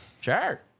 Sure